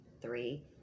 Three